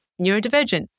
neurodivergent